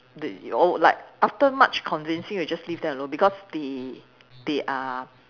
the you'll like after much convincing you just leave them alone because they they are